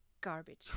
garbage